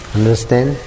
Understand